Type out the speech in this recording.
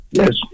yes